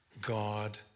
god